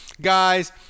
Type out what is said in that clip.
guys